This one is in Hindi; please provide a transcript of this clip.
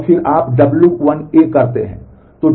और फिर आप w1 करते हैं